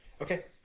Okay